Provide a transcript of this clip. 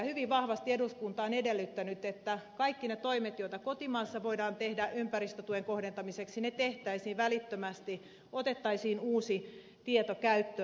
hyvin vahvasti eduskunta on edellyttänyt että kaikki ne toimet joita kotimaassa voidaan tehdä ympäristötuen kohdentamiseksi tehtäisiin välittömästi otettaisiin uusi tieto käyttöön